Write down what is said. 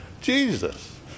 Jesus